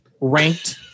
ranked